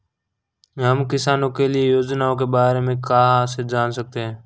हम किसानों के लिए योजनाओं के बारे में कहाँ से जान सकते हैं?